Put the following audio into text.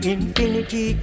Infinity